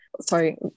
sorry